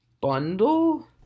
bundle